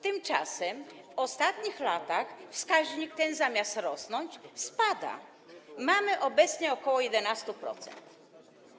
Tymczasem w ostatnich latach wskaźnik ten, zamiast rosnąć, spada i wynosi obecnie ok. 11%.